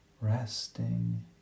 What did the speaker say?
resting